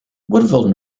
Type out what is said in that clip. woodville